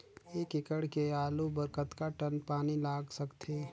एक एकड़ के आलू बर कतका टन पानी लाग सकथे?